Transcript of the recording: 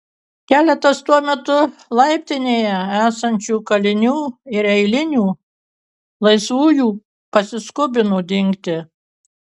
keletas tuo metu laiptinėje esančių kalinių ir eilinių laisvųjų pasiskubino dingti